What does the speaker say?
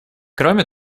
кроме